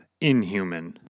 inhuman